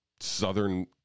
Southern